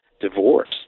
Divorce